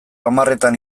hamarretan